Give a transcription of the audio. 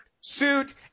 Suit